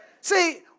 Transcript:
See